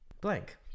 blank